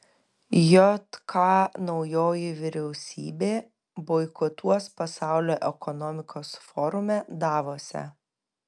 jk naujoji vyriausybė boikotuos pasaulio ekonomikos forume davose